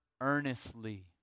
earnestly